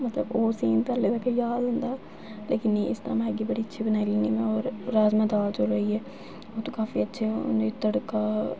ओह् सीन ते हल्ली तक्कर याद औंदा लेकिन इस टाइम मैगी बड़ी अच्छी बनाई लैन्नी और राजमांह् दाल चौल होइये ओह् ते काफी अच्छे उ'नें ई गी तड़का